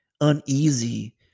uneasy